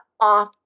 off